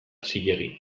zilegi